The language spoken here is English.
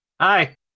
Hi